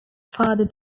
father